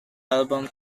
album